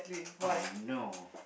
oh no